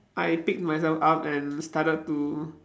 I picked myself up and started to